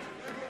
לא נכון.